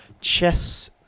Chess